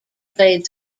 played